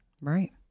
Right